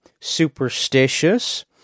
superstitious